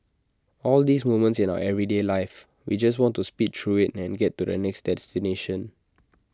all these moments in our everyday life we just want to speed through IT and get to the next destination